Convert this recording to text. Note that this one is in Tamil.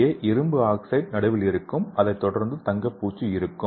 இங்கே இரும்பு ஆக்சைடு நடுவில் இருக்கும் அதைத் தொடர்ந்து தங்கப் பூச்சு இருக்கும்